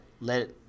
let